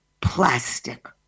plastic